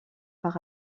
par